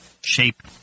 shape